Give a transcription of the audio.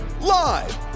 live